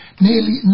Nearly